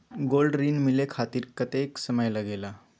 Gold ऋण मिले खातीर कतेइक समय लगेला?